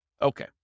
Okay